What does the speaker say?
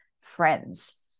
friends